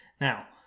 Now